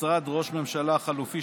1. משרד ראש הממשלה החלופי,